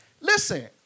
Listen